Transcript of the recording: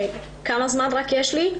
כמה זמן יש לי?